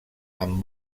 amb